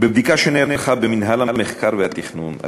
בבדיקה שנערכה במינהל המחקר והתכנון,